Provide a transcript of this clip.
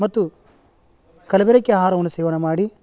ಮತ್ತು ಕಲಬೆರಕೆ ಆಹಾರವನ್ನು ಸೇವನೆ ಮಾಡಿ